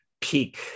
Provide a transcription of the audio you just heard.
peak